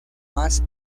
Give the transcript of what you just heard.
más